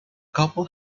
couple